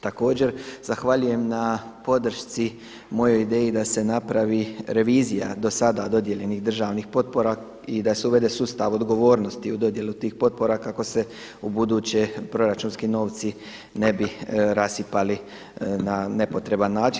Također zahvaljujem na podršci mojoj ideji da se napravi revizija do sada dodijeljenih državnih potpora i da se uvede sustav odgovornosti u dodjelu tih potpora kada se ubuduće proračunski novci ne bi rasipali na nepotreban način.